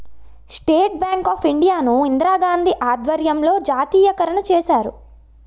state bank of India ను ఇందిరాగాంధీ ఆధ్వర్యంలో జాతీయకరణ చేశారు